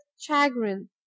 chagrin